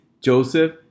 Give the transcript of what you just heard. Joseph